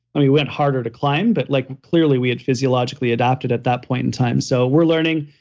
and we went harder to climb, but like clearly we had physiologically adopted at that point in time. so, we're learning,